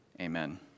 amen